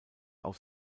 auf